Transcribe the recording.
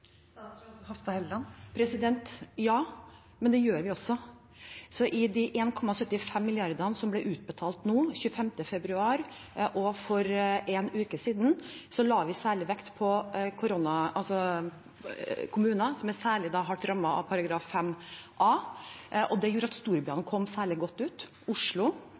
Ja, men det gjør vi også. I forbindelse med de 1,75 mrd. kr som ble utbetalt den 25. februar og for en uke siden, la vi særlig vekt på kommuner som særlig er hardt rammet av § 5a. Det gjør at storbyene kom særlig godt ut – Oslo,